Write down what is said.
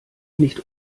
nicht